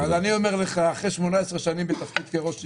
אז אני אומר לך, אחרי 18 שנים בתפקיד כראש עיר,